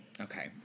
Okay